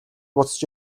буцаж